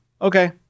okay